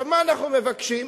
עכשיו, מה אנחנו מבקשים?